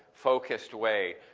focused way.